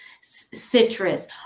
citrus